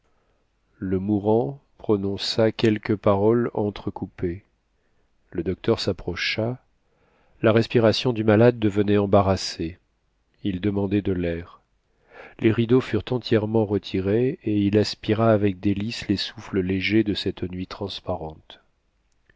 le mourant prononça quelques paroles entrecoupées le docteur s'approcha la respiration du malade devenait embarrassée il demandait de l'air les rideaux furent entièrement retirés et il aspira avec délices les souffles légers de cette nuit transparente